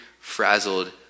Frazzled